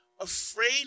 afraid